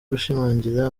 gushimangira